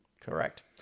Correct